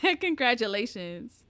Congratulations